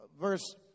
verse